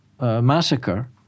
massacre